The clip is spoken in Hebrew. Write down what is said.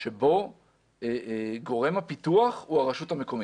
שבו גורם הפיתוח הוא הרשות המקומית.